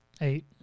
Eight